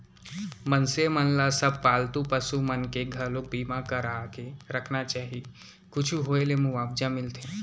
मनसे मन ल सब पालतू पसु मन के घलोक बीमा करा के रखना चाही कुछु होय ले मुवाजा मिलथे